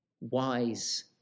wise